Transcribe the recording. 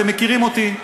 אתם מכירים אותי.